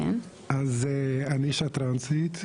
אז אני אישה טרנסית.